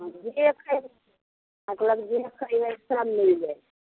हँ जे खयलक मतलब जे खोजबै सब मिल जाइ छै